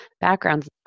backgrounds